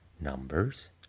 numbers